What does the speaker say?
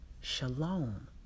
shalom